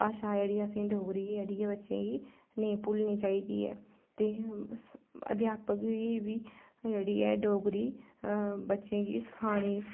भाशा जेह्ड़ी ऐ असेंगी डोगरी जेह्ड़ी ऐ ओह् बच्चें गी नेईं भुल्लनी चाहिदी ऐ ते अध्यापक गी बी जेह्ड़ी ऐ एह् डोगरी बच्चें गी सखानी